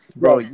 bro